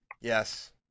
Yes